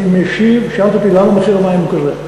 אני משיב, שאלת אותי למה מחיר המים הוא כזה.